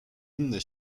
inne